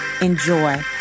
enjoy